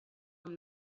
amb